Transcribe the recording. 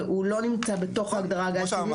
והוא לא נמצא בתוך ההגדרה גז טבעי.